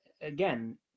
again